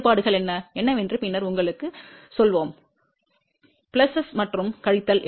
வேறுபாடுகள் என்ன என்னவென்று பின்னர் உங்களுக்குச் சொல்வோம் பிளஸ்கள் மற்றும் கழித்தல்